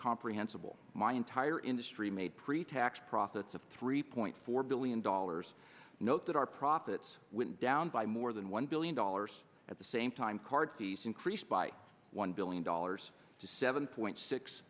comprehensible my entire industry made pretax profits of three point four billion dollars note that our profits went down by more than one billion dollars at the same time card fees increased by one billion dollars to seven point six